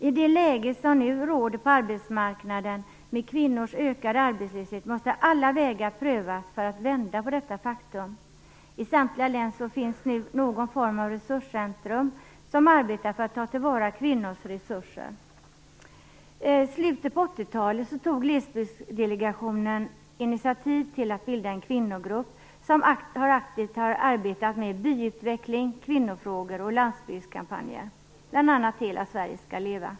I det läge som nu råder på arbetsmarknaden, med kvinnors ökade arbetslöshet, måste alla vägar prövas för att vända på detta faktum. I samtliga län finns nu någon form av resurscentrum, som arbetar med att ta till vara kvinnors resurser. I slutet av 80-talet tog Glesbygdsdelegationen initiativ till bildandet av en kvinnogrupp, som aktivt har arbetat med byutveckling, kvinnofrågor och landsbygdskampanjer - bl.a. kampanjen Hela Sverige skall leva.